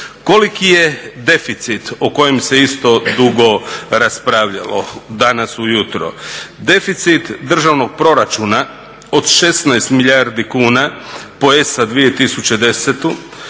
Koliki je deficit o kojem se isto dugo raspravljalo danas ujutro? Deficit državnog proračuna od 16 milijardi kuna po ESA 2010